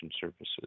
services